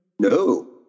No